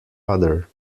other